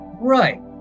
Right